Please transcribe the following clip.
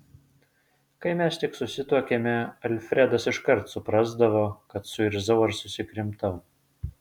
kai mes tik susituokėme alfredas iškart suprasdavo kad suirzau ar susikrimtau